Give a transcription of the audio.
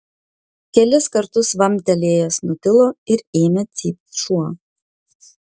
kelis kartus vamptelėjęs nutilo ir ėmė cypt šuo